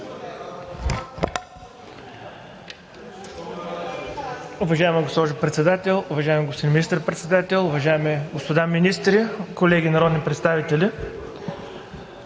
уважаеми господин Министър-председател, уважаеми господа министри, колеги народни представители!